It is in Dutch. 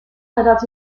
nadat